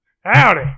Howdy